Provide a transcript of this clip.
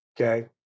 Okay